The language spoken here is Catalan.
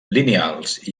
lineals